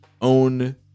own